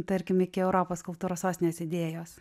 tarkim iki europos kultūros sostinės idėjos